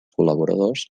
col·laboradors